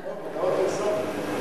מודעות פרסומת.